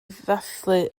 ddathlu